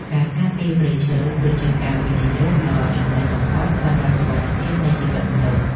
ការការពារព្រៃឈើ គឺជាការវិនិយោគដ៏ចំណេញបំផុតសម្រាប់សុវត្ថិភាពនៃជីវិតមនុស្ស។